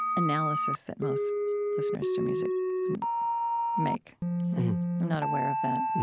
analysis that most listeners to music wouldn't make. i'm not aware of that.